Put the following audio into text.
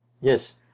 Yes